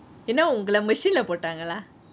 என்னா உங்கள:enna ungele machine லே போட்டாங்களா:le potaangelaa